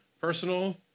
Personal